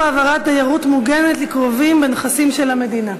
העברת דיירות מוגנת לקרובים בנכסים של המדינה).